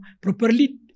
Properly